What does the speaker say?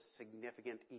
significant